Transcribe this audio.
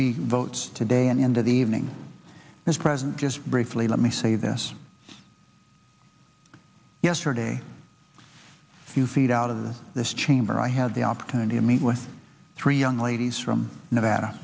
be vote today and into the evening as president just briefly let me say this yesterday a few feet out of the this chamber i had the opportunity to meet with three young ladies from nevada